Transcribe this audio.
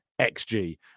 XG